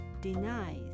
denies